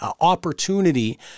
opportunity